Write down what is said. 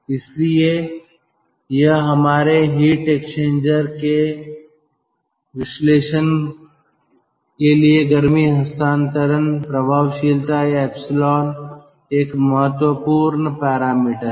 इसलिए यह हमारे हीट एक्सचेंजर के विश्लेषण के लिए गर्मी हस्तांतरण प्रभावशीलता या एप्सिलॉन एक महत्वपूर्ण पैरामीटर है